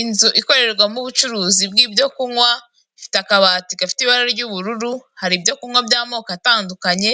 Inzu ikorerwamo ubucuruzi bw'ibyo kunywa ifite akabati gafite ibara ry'ubururu, hari ibyo kunywa by'amoko atandukanye